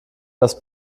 das